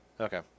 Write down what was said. okay